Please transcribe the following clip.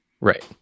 Right